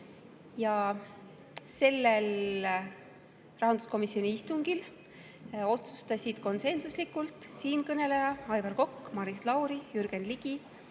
Sellel rahanduskomisjoni istungil langetasid konsensuslikud otsused siinkõneleja, Aivar Kokk, Maris Lauri, Jürgen Ligi,